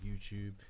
YouTube